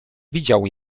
widział